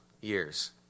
years